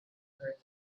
her